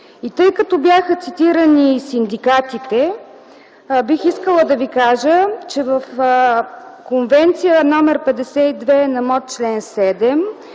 Тъй като бяха цитирани и синдикатите, бих искала да ви кажа, че в Конвенция № 52 на МОТ, чл. 7